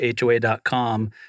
HOA.com